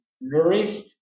nourished